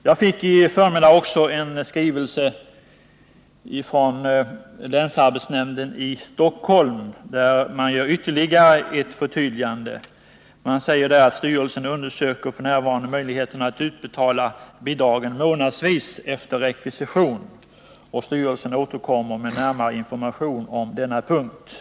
Jag fick i förmiddags också en skrivelse från länsarbetsnämnden i Stockholm, där man gör ytterligare ett förtydligande. Det framhålls där att arbetsmarknadsstyrelsen f. n. undersöker möjligheterna att utbetala bidragen månadsvis efter rekvisition och att styrelsen skall återkomma med närmare information på denna punkt.